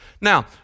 Now